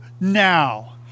now